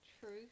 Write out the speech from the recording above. Truth